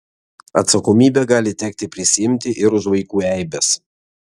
atsakomybę gali tekti prisiimti ir už vaikų eibes